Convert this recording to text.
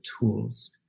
tools